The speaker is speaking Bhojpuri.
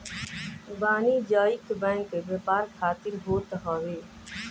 वाणिज्यिक बैंक व्यापार खातिर होत हवे